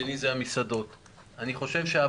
ותמשיכו עם --- אני רוצה לשאול: אם אנחנו